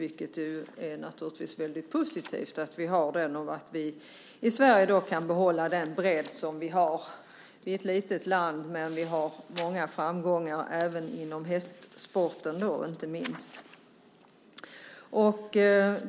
Det är naturligtvis väldigt positivt att vi i Sverige kan behålla den bredd som vi har. Vi är ett litet land men vi har många framgångar, inte minst inom hästsporten.